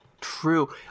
True